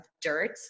dirt